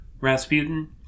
Rasputin